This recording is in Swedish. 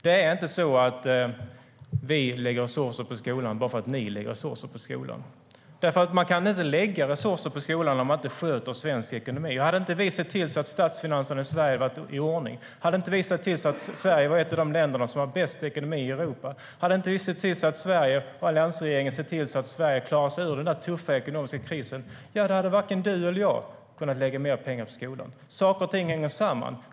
Det är inte så att vi lägger resurser på skolan bara för att ni lägger resurser på skolan. Det går inte att lägga resurser på skolan om man inte sköter svensk ekonomi. Om inte alliansregeringen hade sett till att statsfinanserna hade kommit i ordning, att Sverige är ett av de länder som har bäst ekonomi i Europa och att Sverige klarade sig ur den tuffa ekonomiska krisen hade varken du eller jag kunnat lägga mer pengar på skolan. Saker och ting hänger samman.